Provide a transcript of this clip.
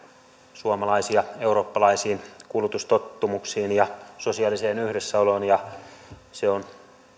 suomalaisia eurooppalaisiin kulutustottumuksiin ja sosiaaliseen yhdessäoloon ja se on